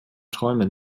träumen